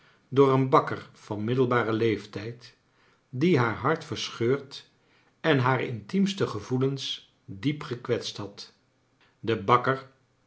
door een bakker van middelbaren leeftijd die haar hart verscheurd en haar intiemste gevoelens diep gekwetst had de bakker